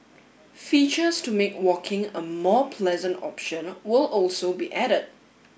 features to make walking a more pleasant option will also be added